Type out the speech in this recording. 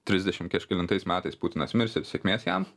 trisdešim kažkelintais metais putinas mirs ir sėkmės jam